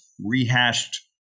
rehashed